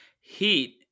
heat